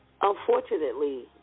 unfortunately